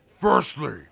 Firstly